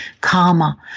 karma